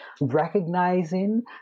recognizing